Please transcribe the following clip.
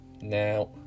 now